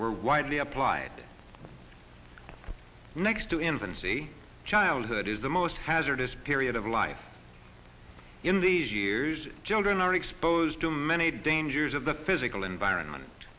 were widely applied next to infancy childhood is the most hazardous period of life in these years gendron are exposed to many dangers of the physical environment